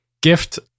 gift